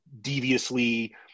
deviously